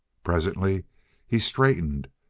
presently he straightened,